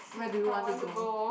where do you want to go